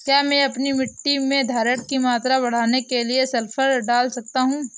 क्या मैं अपनी मिट्टी में धारण की मात्रा बढ़ाने के लिए सल्फर डाल सकता हूँ?